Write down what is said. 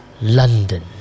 London